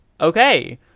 Okay